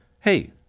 hey